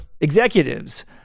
executives